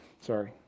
Sorry